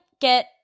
get